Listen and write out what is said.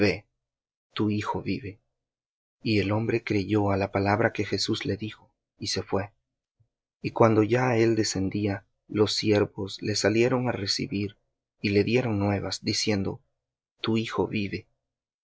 tu hijo vive y el hombre creyó á la palabra que jesús le dijo y se fué y cuando ya él descendía los siervos le salieron á recibir y le dieron nuevas diciendo tu hijo vive